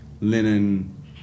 linen